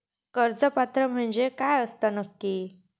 कर्ज पात्र म्हणजे काय असता नक्की?